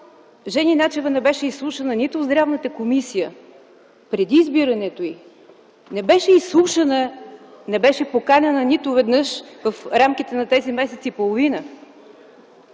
Жени Начева не беше изслушана нито в Здравната комисия преди избирането й, не беше поканена нито веднъж в рамките на тези месец и половина?